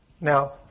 Now